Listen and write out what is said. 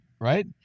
right